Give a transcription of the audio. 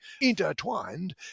intertwined